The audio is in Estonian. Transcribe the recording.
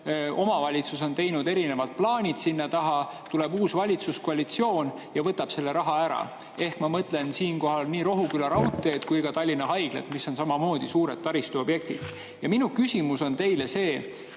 omavalitsus on teinud plaanid sinna taha, siis uus valitsuskoalitsioon võtab selle raha ära. Ma mõtlen siinkohal nii Rohuküla raudteed kui ka Tallinna Haiglat, mis on samamoodi suured taristuobjektid. Minu küsimus on teile see: